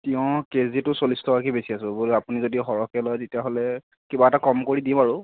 তিয়ঁহ কেজিটো চল্লিছ টকাকৈ বেচি আছো আপুনি যদি সৰহকৈ লয় তেতিয়াহ'লে কিবা এটা কম কৰি দিম আৰু